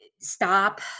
stop